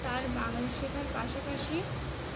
তার বাংলা শেখার পাশাপাশি